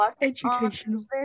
Educational